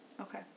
Okay